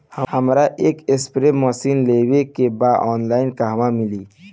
हमरा एक spray machine लेवे के बा ऑनलाइन कहवा मिली?